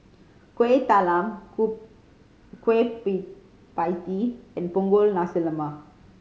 Kuih Talam kueh pie tee and Punggol Nasi Lemak